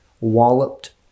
walloped